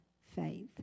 faith